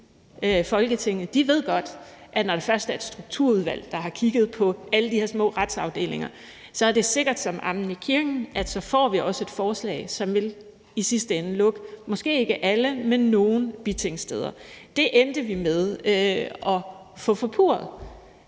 Folketinget ved godt, at når det først er et strukturudvalg, der har kigget på alle de her små retsafdelinger, så er det sikkert som amen i kirken, at så får vi også et forslag, som i sidste ende vil lukke måske ikke alle, men nogle bitingssteder. Det endte vi med at få forpurret.